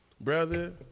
brother